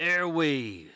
Airwaves